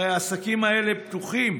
הרי העסקים האלה לא פתוחים,